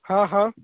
હા હા